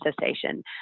cessation